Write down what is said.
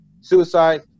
suicide